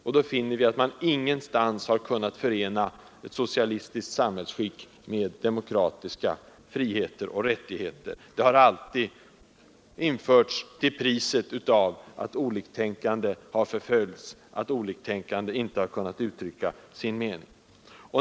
Vi finner då att man ingenstans har kunnat förena ett socialistiskt samhällsskick med demokratiska frioch rättigheter. Socialismen har alltid införts till priset av att oliktänkande har förföljts, och förvägrats rätten att uttrycka sin mening.